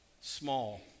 small